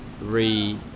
re